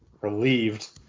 relieved